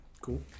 cool